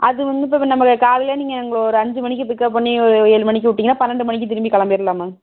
அது வந்து இப்போ நம்மள காலையிலே நீங்கள் எங்களை ஒரு அஞ்சு மணிக்கு பிக்கப் பண்ணி ஒரு ஏழு மணிக்கு விட்டீங்கன்னா பன்னெண்டு மணிக்கு திரும்பி கிளம்பிருலாம் மேம்